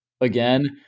again